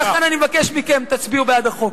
ולכן אני מבקש מכם: תצביעו בעד החוק.